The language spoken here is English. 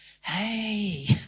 hey